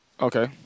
Okay